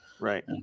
Right